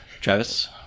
Travis